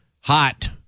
hot